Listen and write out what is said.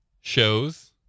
shows